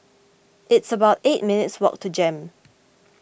it's about eight minutes' walk to Jem